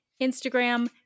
Instagram